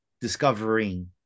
discovering